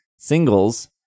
singles